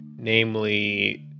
namely